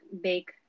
bake